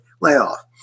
layoff